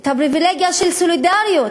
הפריבילגיה של סולידריות.